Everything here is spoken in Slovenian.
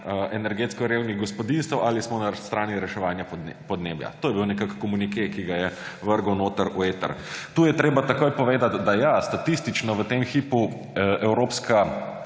energetsko revnih gospodinjstev, ali smo na strani reševanja podnebja. To je bil nekako komuniké, ki ga je vrgel v eter. Tu je treba takoj povedati, da ja, statistično v tem hipu Evropska